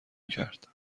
کرد